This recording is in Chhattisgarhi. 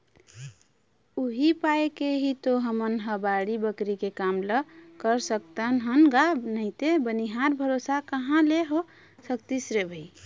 उही पाय के ही तो हमन ह बाड़ी बखरी के काम ल कर सकत हन गा नइते बनिहार भरोसा कहाँ ले हो सकतिस रे भई